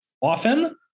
Often